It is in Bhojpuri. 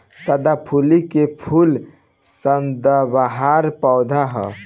सदाफुली के फूल सदाबहार पौधा ह